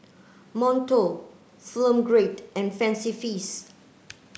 Monto Film Grade and Fancy Feast